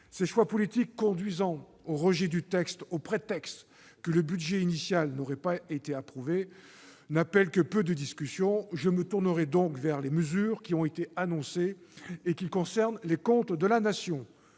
Ces choix politiques conduisant au rejet du texte au prétexte que le budget initial n'aurait pas été approuvé n'appellent que peu de discussion. Je me tournerai donc vers les mesures qui ont été annoncées et qui concernent les comptes de la Nation.